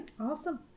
Awesome